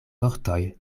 vortoj